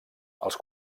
als